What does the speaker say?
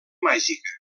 màgica